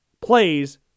plays